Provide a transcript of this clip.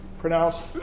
pronounced